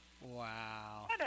Wow